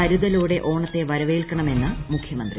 കരുതലോടെ ഓണത്തെ വരവേൽക്കണമെന്ന് മുഖ്യമന്ത്രി